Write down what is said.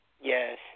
Yes